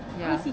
ya